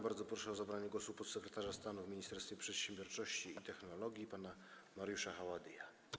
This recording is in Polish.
Bardzo proszę o zabranie głosu podsekretarza stanu w Ministerstwie Przedsiębiorczości i Technologii pana Mariusza Haładyja.